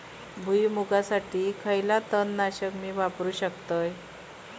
भुईमुगासाठी खयला तण नाशक मी वापरू शकतय?